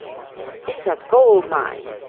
it's a gold-mine!